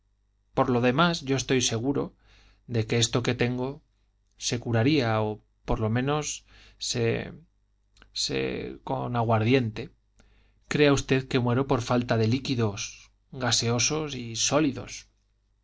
por lo demás yo estoy seguro de que esto que tengo se curaría o por lo menos se se con aguardiente crea usted que muero por falta de líquidos gaseosos y sólidos